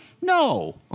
No